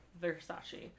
Versace